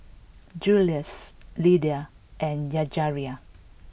Juluis Lyda and Yajaira